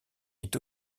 est